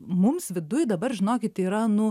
mums viduj dabar žinokit yra nu